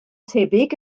tebyg